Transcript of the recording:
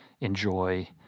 enjoy